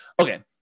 Okay